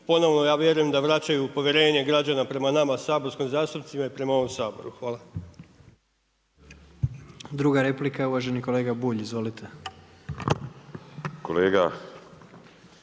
ponovo ja vjerujem da vraćaju povjerenje građana prema nama saborskim zastupnicima i prema ovom Saboru. Hvala. **Jandroković, Gordan (HDZ)** Druga replika uvaženi kolega Bulj. Izvolite. **Bulj,